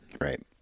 Right